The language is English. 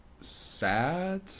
sad